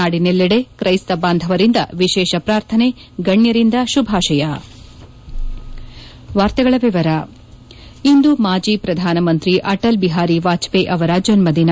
ನಾಡಿನೆಲ್ಲೆಡೆ ಕ್ರೈಸ್ತ ಬಾಂಧವರಿಂದ ವಿಶೇಷ ಪ್ರಾರ್ಥನೆ ಗಣ್ಣರಿಂದ ಶುಭಾಶಯ ಹೆಡ್ ಇಂದು ಮಾಜಿ ಪ್ರಧಾನಮಂತ್ರಿ ಅಟಲ್ ಬಿಹಾರಿ ವಾಜಪೇಯಿ ಅವರ ಜನ್ದದಿನ